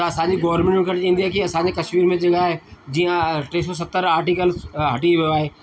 त असांजी गवर्मेंट हुननि खे चवंदी आहे की असांजे कशमीर में जॻह आहे जीअं टे सौ सतरि आर्टीकल्स हटी वियो आहे